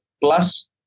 Plus